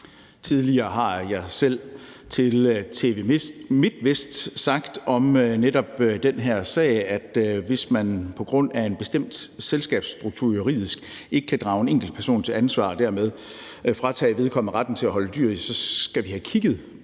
Tidligere har jeg selv til TV MIDTVEST sagt om netop den her sag, at hvis man på grund af en bestemt selskabsstruktur juridisk ikke kan drage en enkeltperson til ansvar og dermed fratage vedkommende retten til at holde dyr, så skal vi have kigget